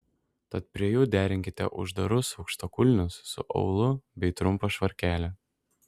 tad prie jų derinkite uždarus aukštakulnius su aulu bei trumpą švarkelį